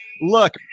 Look